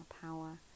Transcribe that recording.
power